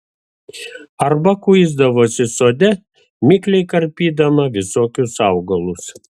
arba kuisdavosi sode mikliai karpydama visokius augalus